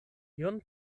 ion